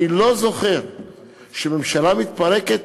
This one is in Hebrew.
אני לא זוכר שממשלה מתפרקת